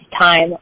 time